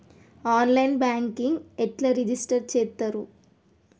On line banking ఎట్లా register చేత్తరు?